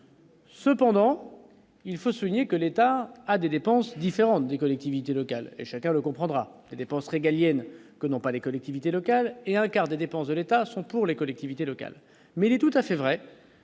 Cependant, il faut souligner que l'État a des dépenses différentes des collectivités locales et chacun le comprendra, dépenses régaliennes que non pas les collectivités locales et un quart des dépenses de l'État sont pour les collectivités locales, mais il est tout à fait vrai